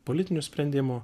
politinių sprendimų